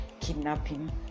kidnapping